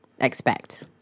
Expect